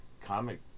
comic